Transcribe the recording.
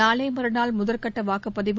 நாளை மறுநாள் முதல்கட்ட வாக்குப்பதிவும்